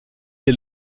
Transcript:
est